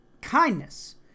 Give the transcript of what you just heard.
kindness